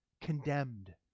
condemned